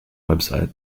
website